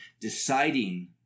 deciding